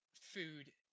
food